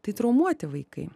tai traumuoti vaikai